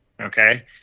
okay